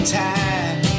time